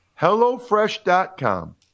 HelloFresh.com